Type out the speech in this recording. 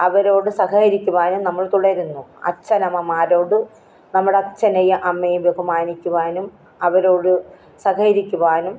അവരോട് സഹകരിക്കുവാനും നമ്മൾ തുടരുന്നു അച്ഛനമ്മമാരോട് നമ്മുടെ അച്ഛനേയും അമ്മയേയും ബഹുമാനിക്കുവാനും അവരോട് സഹകരിക്കുവാനും